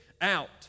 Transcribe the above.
out